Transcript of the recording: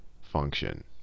function